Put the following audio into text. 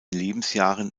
lebensjahren